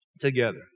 together